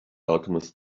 alchemist